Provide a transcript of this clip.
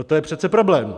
No to je přece problém.